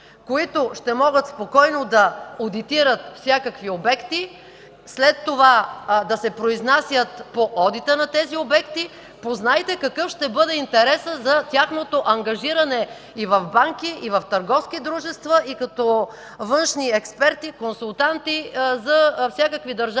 които ще могат спокойно да одитират всякакви обекти, след това да се произнасят по одита на тези обекти. Познайте какъв ще бъде интересът за тяхното ангажиране в банки, в търговски дружества и като външни експерти и консултанти за всякакви държавни